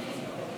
בבקשה.